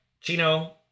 Chino